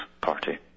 Party